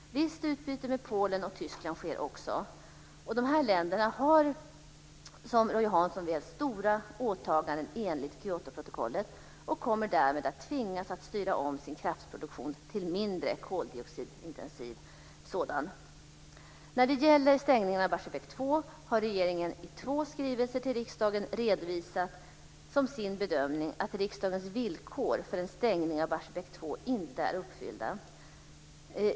Visst utbyte med Polen och Tyskland sker också. De här länderna har, som Roy Hansson vet, stora åtaganden enligt Kyotoprotokollet och kommer därmed att tvingas att styra om sin kraftproduktion till mindre koldioxidintensiv sådan. När det gäller stängningen av Barsebäck 2 har regeringen i två skrivelser till riksdagen redovisat som sin bedömning att riksdagens villkor för en stängning av Barsebäck 2 inte är uppfyllda.